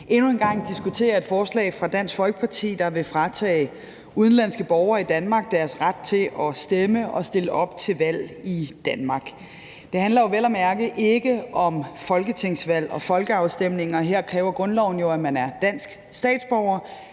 endnu en gang diskutere et forslag fra Dansk Folkeparti, der vil fratage udenlandske borgere i Danmark deres ret til at stemme og stille op til valg i Danmark. Det handler vel at mærke ikke om folketingsvalg og folkeafstemninger. Her kræver grundloven jo, at man er dansk statsborger.